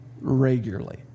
regularly